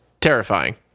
terrifying